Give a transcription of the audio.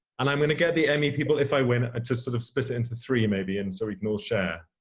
and i'm going to get the emmy people, if i win, to sort of split it into three maybe and so we can all share.